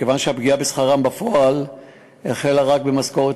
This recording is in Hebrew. מכיוון שהפגיעה בשכרם בפועל החלה רק במשכורת